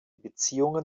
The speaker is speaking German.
beziehungen